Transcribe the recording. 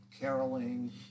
caroling